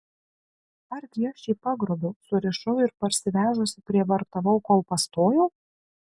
argi aš jį pagrobiau surišau ir parsivežusi prievartavau kol pastojau